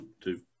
two